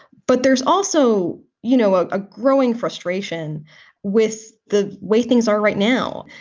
but there's also, you know, a ah growing frustration with the way things are right now.